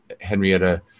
Henrietta